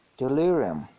delirium